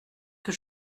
que